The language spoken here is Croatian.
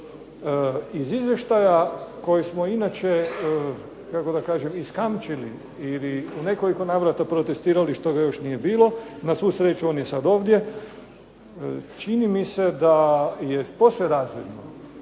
Iz Izvještaja koji smo inače iskamčili ili u nekoliko navrata protestirali što ga još nije bilo, na svu sreću on je sada ovdje, čini mi se da je posve razvidno